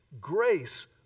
Grace